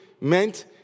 meant